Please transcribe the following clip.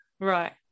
Right